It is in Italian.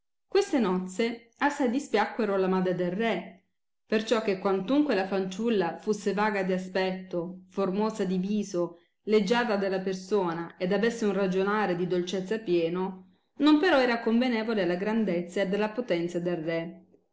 queste nozze assai dispiacquero alla madre del re perciò che quantunque la fanciulla fusse vaga di aspetto formosa di viso leggiadra della persona ed avesse un ragionare di dolcezza pieno non però era convenevole alla grandezza ed alla potenza del re